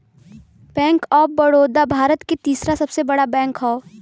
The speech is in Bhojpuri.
बैंक ऑफ बड़ोदा भारत के तीसरा सबसे बड़ा बैंक हौ